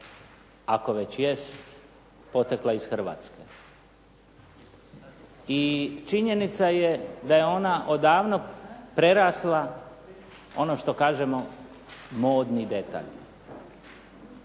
ako već jest, potekla iz Hrvatske i činjenica je da je ona odavno prerasla ono što kažemo modni detalj.